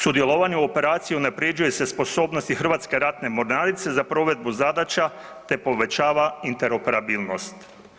Sudjelovanje u operaciji unaprjeđuje se sposobnost Hrvatske ratne mornarice za provedbu zadaća te povećava interoperabilnost.